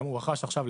גם הוא רכש עכשיו,